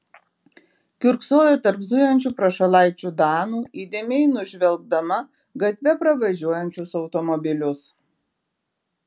kiurksojo tarp zujančių prašalaičių danų įdėmiai nužvelgdama gatve pravažiuojančius automobilius